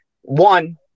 one